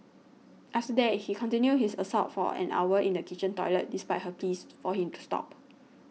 after that he continued his assault for an hour in the kitchen toilet despite her pleas for him to stop